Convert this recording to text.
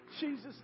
Jesus